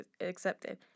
accepted